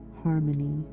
harmony